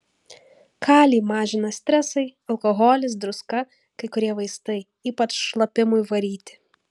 kalį mažina stresai alkoholis druska kai kurie vaistai ypač šlapimui varyti